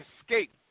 escape